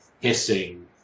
hissing